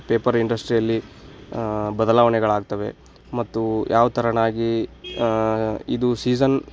paper ಇಂಡಸ್ಟ್ರಿಯಲ್ಲಿ ಬದಲಾವಣೆಗಳಾಗ್ತವೆ ಮತ್ತು ಯಾವ ತೆರನಾಗಿ ಇದು ಸೀಝನ್